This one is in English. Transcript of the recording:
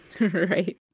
Right